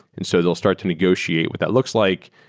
and so they'll start to negotiate what that looks like.